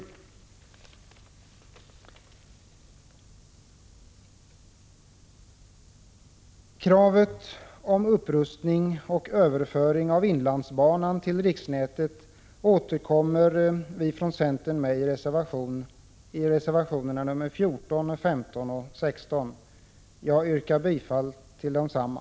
Vi i centern upprepar kravet på en upprustning av inlandsbanan och även en överföring av denna till riksnätet i reservationerna nr 14, 15 och 16. Jag yrkar bifall till desamma.